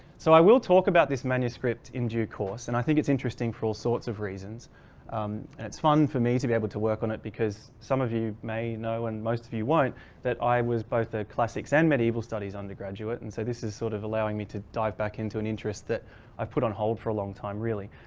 so i will talk about this manuscript in due course and i think it's interesting for all sorts of reasons um and it's fun for me to be able to work on it because some of you may know and most of you won't that i was both a classics and medieval studies undergraduate and so this is sort of allowing me to dive back into an interest that i've put on hold for a long time really.